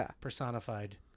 personified